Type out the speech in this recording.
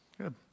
Good